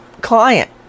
Client